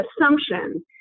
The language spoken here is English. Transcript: assumption